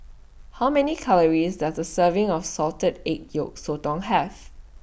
How Many Calories Does A Serving of Salted Egg Yolk Sotong Have